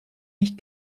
nicht